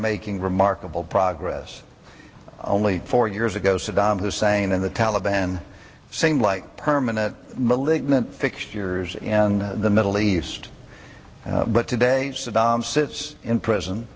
making remarkable progress only four years ago saddam hussein and the taliban same like permanent malignant fixtures in the middle east but today saddam sits in prison